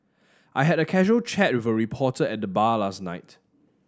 I had a casual chat with a reporter at the bar last night